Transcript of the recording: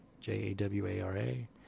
J-A-W-A-R-A